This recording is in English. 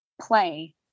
play